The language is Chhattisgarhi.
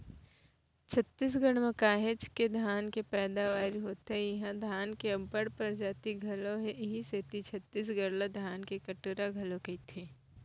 छत्तीसगढ़ म काहेच के धान के पैदावारी होथे इहां धान के अब्बड़ परजाति घलौ हे इहीं सेती छत्तीसगढ़ ला धान के कटोरा घलोक कइथें